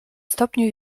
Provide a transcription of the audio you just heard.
stopniu